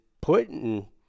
putting –